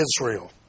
Israel